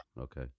Okay